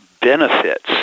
benefits